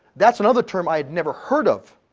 that's another term i had never heard of.